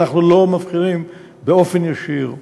אנחנו לא מבחינים באופן ישיר בכך.